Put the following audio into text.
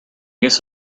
guess